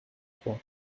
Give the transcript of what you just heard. trois